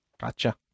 Gotcha